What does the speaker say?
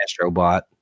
AstroBot